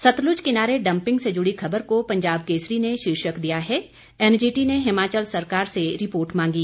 सतलुज किनारे डंपिंग से जुड़ी खबर को पंजाब केसरी ने शीर्षक दिया है एनजीटी ने हिमाचल सरकार से रिपोर्ट मांगी